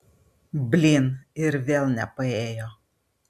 blyn ir vėl nepaėjo